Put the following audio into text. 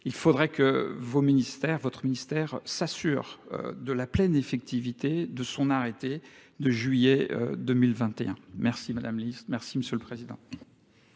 il faudrait que votre ministère s'assure de la pleine effectivité de son arrêté de juillet 2021. Merci madame la ministre, merci monsieur le président.